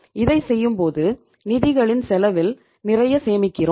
இதைச் செய்யும்போது நிதிகளின் செலவில் நிறைய சேமிக்கிறோம்